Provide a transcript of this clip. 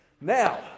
Now